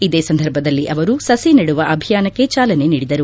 ಇದೇ ಸಂದರ್ಭದಲ್ಲಿ ಅವರು ಸಸಿ ನೆಡುವ ಅಭಿಯಾನಕ್ಕೆ ಚಾಲನೆ ನೀಡಿದರು